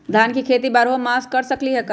धान के खेती बारहों मास कर सकीले का?